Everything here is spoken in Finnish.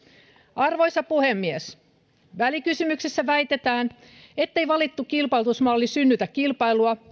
arvoisa puhemies välikysymyksessä väitetään ettei valittu kilpailutusmalli synnytä kilpailua